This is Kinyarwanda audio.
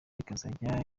ikazajya